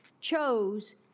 chose